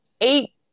eight